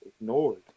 ignored